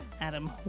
Adam